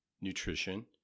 nutrition